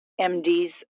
MDs